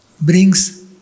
brings